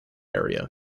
area